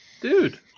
Dude